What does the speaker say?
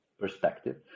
perspective